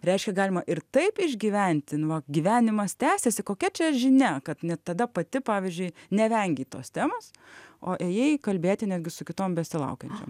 reiškia galima ir taip išgyventi nu va gyvenimas tęsiasi kokia čia žinia kad net tada pati pavyzdžiui nevengei tos temos o ėjai kalbėti netgi su kitom besilaukiančiom